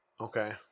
Okay